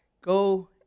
Go